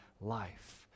life